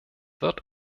wird